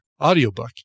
audiobook